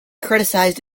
criticised